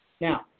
Now